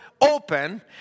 open